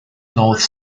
north